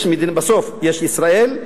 בסוף יש ישראל,